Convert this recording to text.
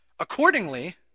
Accordingly